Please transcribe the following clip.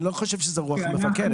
אני לא חושב שזו רוח המפקדת.